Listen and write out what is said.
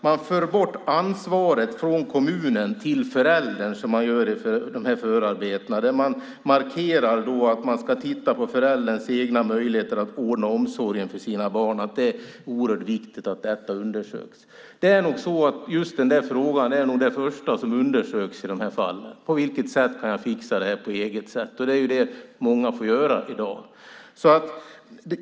Man för bort ansvaret från kommunen till föräldern i de här förarbetena. Man markerar att man ska titta på förälderns egna möjligheter att ordna omsorgen för sina barn. Det är oerhört viktigt att det undersöks. Det är nog så att det är det första som undersöks i de här fallen: På vilket sätt kan jag fixa det här på ett eget sätt? Det är det många får göra i dag.